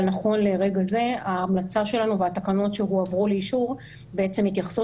אבל נכון לרגע זה ההמלצה שלנו והתקנות שהועברו לאישור מתייחסות